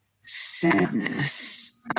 sadness